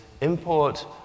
import